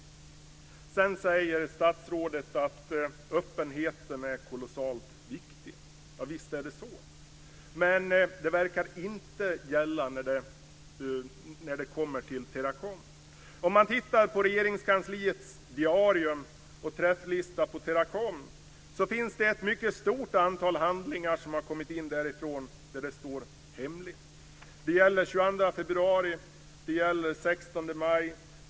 Sedan säger statsrådet att öppenheten är kolossalt viktig. Visst är det så. Men det verkar inte gälla när det kommer till Teracom. Om man söker i Regeringskansliets diarium ser man att det finns ett mycket stort antal handlingar om Teracom som det står "Hemligt" på.